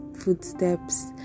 footsteps